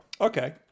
Okay